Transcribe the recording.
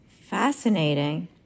Fascinating